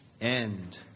end